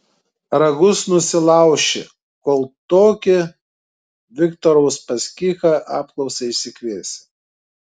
ragus nusilauši kol tokį viktorą uspaskichą apklausai išsikviesi